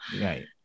right